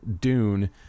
Dune